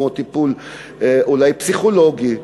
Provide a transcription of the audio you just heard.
כמו טיפול אולי פסיכולוגי.